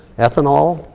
ethanol,